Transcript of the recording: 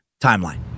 Timeline